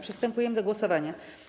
Przystępujemy do głosowania.